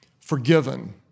forgiven